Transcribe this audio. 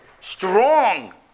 strong